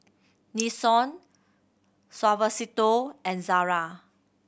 Nixon Suavecito and Zara